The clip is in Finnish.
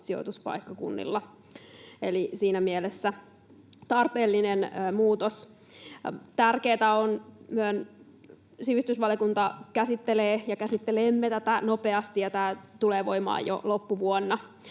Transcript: sijoituspaikkakunnilla, siinä mielessä tarpeellinen muutos. Tärkeätä on myös, että sivistysvaliokunta käsittelee ja käsittelemme tätä nopeasti ja tämä tulee voimaan jo loppuvuonna.